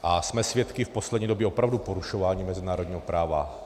A jsme svědky v poslední době opravdu porušování mezinárodního práva.